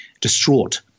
distraught